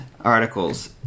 articles